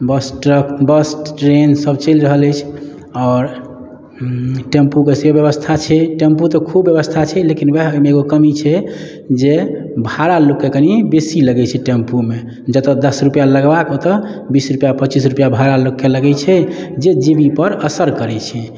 बस truck bus train सब चलि रहल अछि आओर टेम्पूके से व्यवस्था छै टेम्पू तऽ खूब व्यवस्था छै लेकिन वएह ओहिमे एगो कमी छै जे भाड़ा लोक के कनी बेसी लगै छै टेम्पू मे जतऽ दस रूपैआ लगबाक ओतऽ बीस रूपैआ पच्चीस रूपैआ भाड़ा लोक के लगै छै जे जेवी पर असर करै छै